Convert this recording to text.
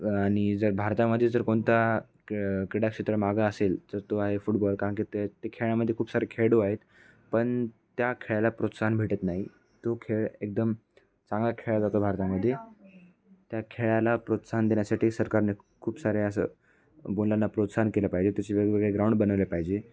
आणि जर भारतामध्ये जर कोणता क क्रीडा क्षेत्र मागं असेल तर तो आहे फुटबॉल कारण की ते ते खेळामध्ये खूप सारे खेळाडू आहेत पण त्या खेळाला प्रोत्साहन भेटत नाही तो खेळ एकदम चांगला खेळला जातो भारतामध्ये त्या खेळाला प्रोत्साहन देण्यासाठी सरकारने खूप सारे असं मुलांना प्रोत्साहन केलं पाहिजे त्याचे वेगवेगळे ग्राउंड बनवले पाहिजे